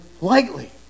lightly